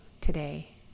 today